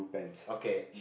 okay